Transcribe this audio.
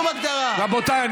רק למי שבמרכז הליכוד.